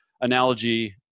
analogy